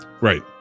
Right